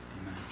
Amen